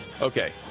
Okay